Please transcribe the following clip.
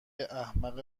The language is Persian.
احمق